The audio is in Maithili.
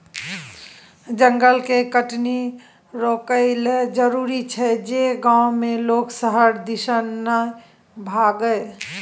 जंगल के कटनी रोकइ लेल जरूरी छै जे गांव के लोक शहर दिसन नइ भागइ